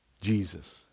Jesus